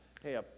Hey